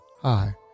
Hi